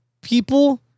people